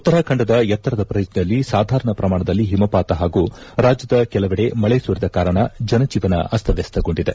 ಉತ್ತರಾಖಂಡದ ಎತ್ತರದ ಪ್ರದೇಶದಲ್ಲಿ ಸಾಧಾರಣ ಪ್ರಮಾಣದಲ್ಲಿ ಹಿಮಪಾತ ಹಾಗೂ ರಾಜ್ಲದ ಕೆಲವೆಡೆ ಮಳೆ ಸುರಿದ ಕಾರಣ ಜನಜೀವನ ಅಸ್ತಮ್ಯಸ್ತಗೊಂಡಿದೆ